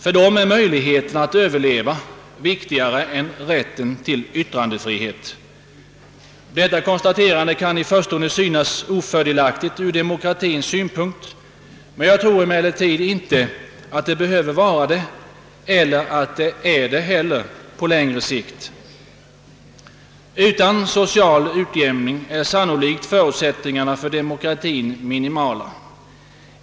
För dem är möjligheterna att överleva viktigare än friheten att yttra sig. Detta konstaterande kan i förstone synas ofördelaktigt från demokratiens synpunkt, men jag tror inte att det behöver vara det på längre sikt. Utan social utjämning är sannolikt förutsättningarna för demokratien minimala.